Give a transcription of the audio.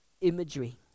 imagery